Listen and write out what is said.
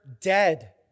dead